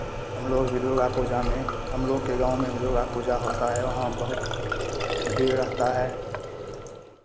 हम लोग भी दुर्गा पूजा में हम लोग के गाँव में भी दुर्गा पूजा होता है वहाँ बहुत भीड़ रहता है